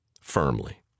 firmly